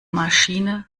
maschine